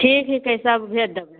ठीक हीकै सब भेज देबै